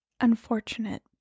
unfortunate